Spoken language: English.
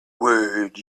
word